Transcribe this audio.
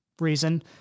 reason